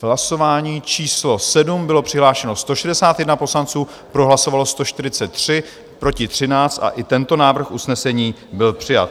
V hlasování číslo 7 bylo přihlášeno 161 poslanců, pro hlasovalo 143, proti 13 a i tento návrh usnesení byl přijat.